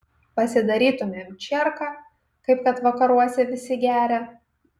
pasidarytumėm čerką kaip kad vakaruose visi geria